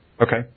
Okay